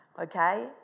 Okay